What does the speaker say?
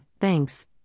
thanks